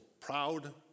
proud